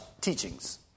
teachings